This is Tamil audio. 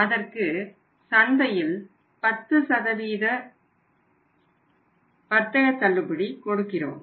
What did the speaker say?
அதற்கு சந்தையில் 10 வர்த்தக தள்ளுபடி கொடுக்கிறோம்